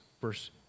Verse